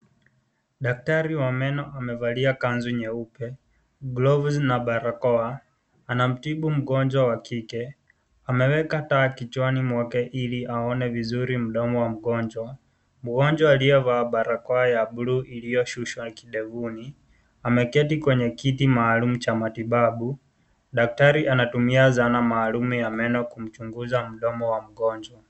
Daktari wa meno amevalia kanzu nyeupe, glovu na barakoa. Anamtibu mgonjwa wa kike. Ameweka taa kichwani mwake ili aone vizuri mdomo wa mgonjwa. Mgonjwa aliyevaa barakoa ya bluu iliyoshuswa kidevuni, ameketi kwenye kiti maalum cha matibabu. Daktari anatumia zanaa maalum ya meno kumchunguza mdomo wa mgonjwa.